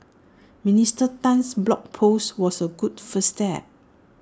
Minister Tan's blog post was A good first step